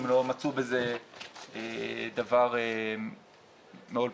הם לא מצאו בזה דבר מאוד משמעותי.